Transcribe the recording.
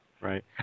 Right